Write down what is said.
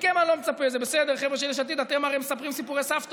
ובעיניי זאת אמירה: אתה יועץ משפטי,